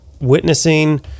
witnessing